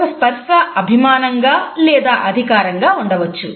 ఒక స్పర్శ అభిమానంగా లేదా అధికారంగా ఉండవచ్చు